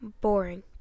boring